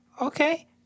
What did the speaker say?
Okay